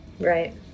Right